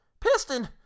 Piston